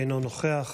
אינו נוכח.